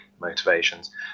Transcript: motivations